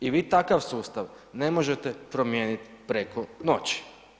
I vi takav sustav ne možete promijeniti preko noći.